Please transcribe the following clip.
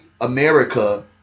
America